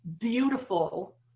beautiful